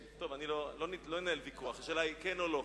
אני לא אנהל ויכוח, השאלה היא כן או לא.